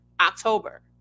October